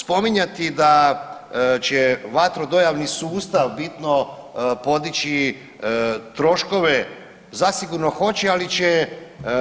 Spominjati da će vatrodojavni sustav bitno podići troškove, zasigurno hoće ali će